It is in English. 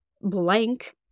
blank